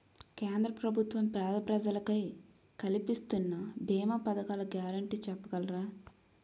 కేంద్ర ప్రభుత్వం పేద ప్రజలకై కలిపిస్తున్న భీమా పథకాల గ్యారంటీ చెప్పగలరా?